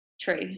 True